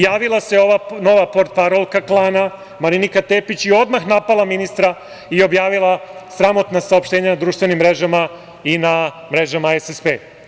Javila se ova nova portparolka klana Marinika Tepić i odmah napala ministra i objavila sramotna saopštenja na društvenim mrežama i na mrežama SSP.